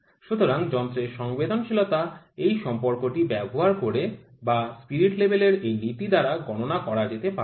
সুতরাং যন্ত্রের সংবেদনশীলতা এই সম্পর্কটি ব্যবহার করে বা স্পিরিট লেভেল এর এই নীতি দ্বারা গণনা করা যেতে পারে